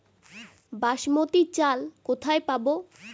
বাসমতী চাল কোথায় পাবো?